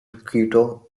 quito